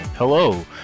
Hello